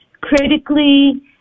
critically